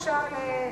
בבקשה,